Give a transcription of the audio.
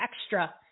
extra